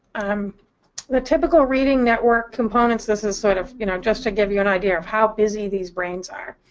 um the typical reading network components. this is sort of, you know, just to give you an idea of how busy these brains are.